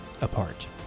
apart